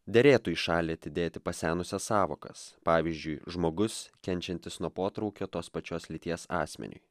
derėtų į šalį atidėti pasenusias sąvokas pavyzdžiui žmogus kenčiantis nuo potraukio tos pačios lyties asmeniui